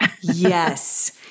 Yes